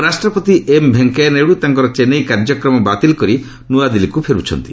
ଉପରାଷ୍ଟ୍ରପତି ଏମ୍ ଭେଙ୍କିୟାନାଇଡୁ ତାଙ୍କର ଚେନ୍ନାଇ କାର୍ଯ୍ୟକ୍ରମ ବାତିଲ କରି ନୂଆଦିଲ୍ଲୀକୁ ଫେରୁଛନ୍ତି